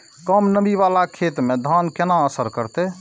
कम नमी वाला खेत में धान केना असर करते?